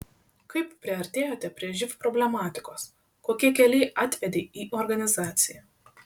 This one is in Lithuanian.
kaip priartėjote prie živ problematikos kokie keliai atvedė į organizaciją